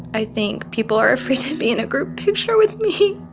i think people are afraid to be in a group picture with me.